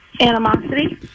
animosity